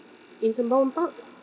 in sembawang park